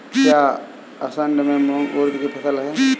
क्या असड़ में मूंग उर्द कि फसल है?